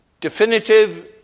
definitive